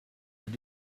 that